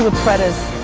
ah pret is.